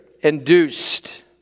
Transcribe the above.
induced